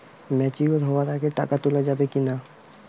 Mature হওয়ার আগে টাকা তোলা যাবে কিনা?